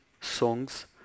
songs